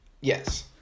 Yes